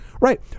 right